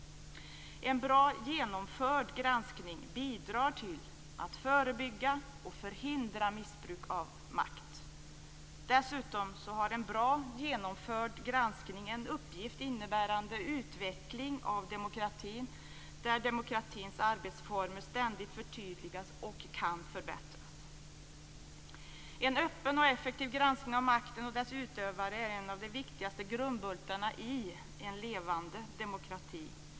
En bra genomförd granskning bidrar till att förebygga och förhindra missbruk av makt. Dessutom har en bra genomförd granskning en uppgift innebärande utveckling av demokratin där demokratins arbetsformer ständigt förtydligas och kan förbättras. En öppen och effektiv granskning av makten och dess utövare är en av de viktigaste grundbultarna i en levande demokrati.